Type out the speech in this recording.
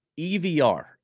EVR